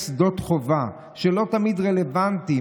יש שדות חובה שלא תמיד רלוונטיים,